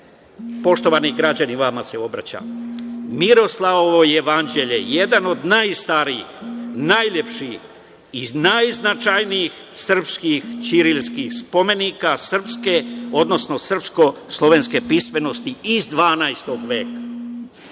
građani, vama se obraćam, Miroslavljevo jevanđelje, jedan od najstarijih, najlepših i najznačajnijih srpskih ćirilskih spomenika srpske, odnosno srpsko-slovenske pismenosti iz 12. veka,